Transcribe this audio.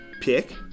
pick